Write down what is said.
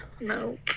Nope